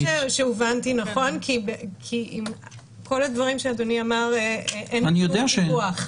אני רוצה לוודא שהובנתי נכון כי עם כל הדברים שאדוני אמר אין כל ויכוח,